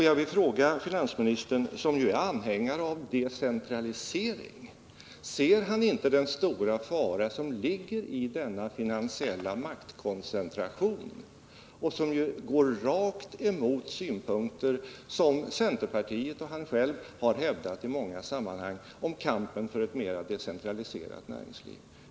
Jag vill fråga industriministern, som ju är anhängare av tanken på decentralisering, om han inte ser den stora fara som ligger i denna finansiella maktkoncentration. Den går ju rakt emot de synpunkter som centerpartiet och han själv har hävdat i många sammanhang, om kampen för ett mera decentraliserat näringsliv.